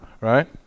right